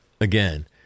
again